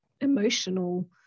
emotional